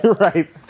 Right